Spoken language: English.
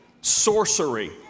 sorcery